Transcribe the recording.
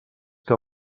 que